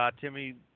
Timmy